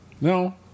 No